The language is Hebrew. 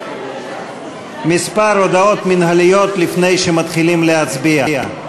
כמה הודעות מינהליות לפני שמתחילים להצביע: